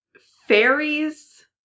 fairies